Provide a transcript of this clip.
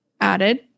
added